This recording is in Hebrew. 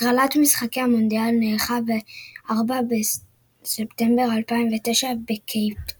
הגרלת משחקי המונדיאל נערכה ב-4 בדצמבר 2009 בקייפטאון.